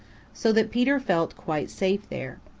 so that peter felt quite safe there.